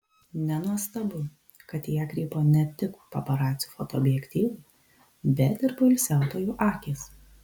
nenuostabu kad į ją krypo ne tik paparacių fotoobjektyvai bet ir poilsiautojų akys